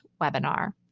webinar